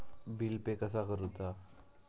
Bill pay कसा करुचा?